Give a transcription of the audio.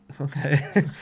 Okay